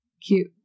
cute